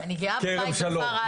אני גאה בבית בכפר עזה.